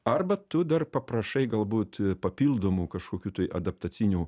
arba tu dar paprašai galbūt papildomų kažkokių tai adaptacinių